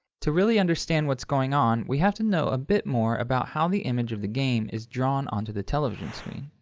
to really understand what's going on we have to know a bit more about how the image of the game is drawn onto the television screen.